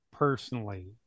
personally